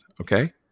okay